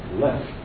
left